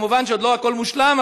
מובן שעוד לא הכול מושלם,